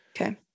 Okay